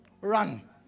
Run